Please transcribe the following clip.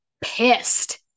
pissed